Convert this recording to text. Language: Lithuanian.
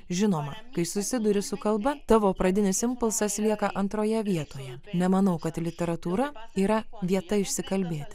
žinoma kai susiduri su kalba tavo pradinis impulsas lieka antroje vietoje nemanau kad literatūra yra vieta išsikalbėti